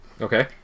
Okay